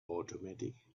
automatic